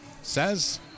says